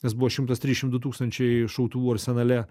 nes buvo šimtas trisdešimt du tūkstančiai šautuvų arsenale